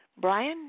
Brian